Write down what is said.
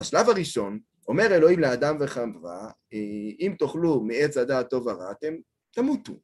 בשלב הראשון, אומר אלוהים לאדם וחוה, אם תאכלו מעץ הדעת טוב ורע, אתם תמותו.